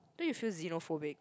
don't you feel xenophobic